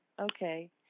Okay